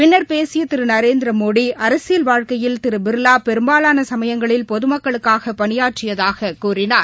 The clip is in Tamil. பின்னர் பேசிய திரு நரேந்திமோடி அரசியல் வாழ்க்கையில் திரு பிர்வா பெரும்பாலான சமயங்களில் பொதுமக்களுக்காக பணியாற்றியதாகக் கூறினார்